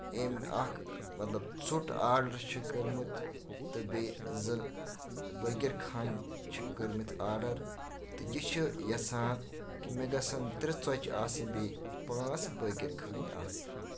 أمۍ اکھ مطلب ژوٚٹ آرڈر چھِ کٔرمٕژ تہٕ بیٚیہِ زٕ بٲکِر کھانہِ چھِ کٔرمٕتۍ آرڈر تہٕ یہِ چھِ یَژھان کہِ مےٚ گژھن ترٛےٚ ژوٚچہِ آسنۍ بیٚیہِ پانٛژھ بٲکِر کھانہِ آسٕنۍ